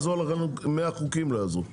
מאה חוקים לא יעזרו,